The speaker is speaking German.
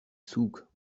zug